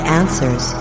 answers